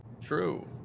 True